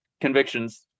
convictions